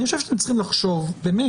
אני חושב שאתם צריכים לחשוב איך